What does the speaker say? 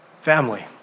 Family